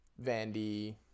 Vandy